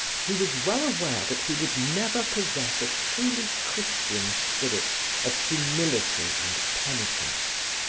he was well aware that he would never possess a truly christian spirit of humility and penitence.